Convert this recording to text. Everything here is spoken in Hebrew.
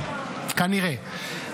כנראה.